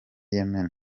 yemen